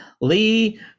Lee